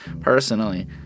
personally